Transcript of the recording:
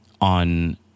on